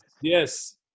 yes